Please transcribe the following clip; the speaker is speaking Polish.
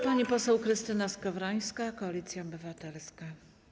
Pani poseł Krystyna Skowrońska, Koalicja Obywatelska.